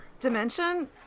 Dimension